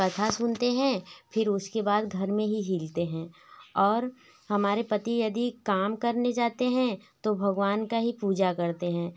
कथा सुनते हैं फिर उसके बाद घर में ही हिलते है और हमारे पति यदि कम करने जाते है तो भगवान का ही पूजा करते है